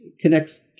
connects